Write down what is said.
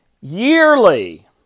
yearly